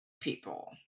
people